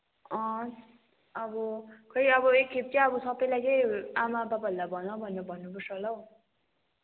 अँ अब खोइ अब एकखेप चाहिँ अब सबैलाई चाहिँ आमा बाबाहरूलाई भन भनेर भन्नुपर्छ होला हौ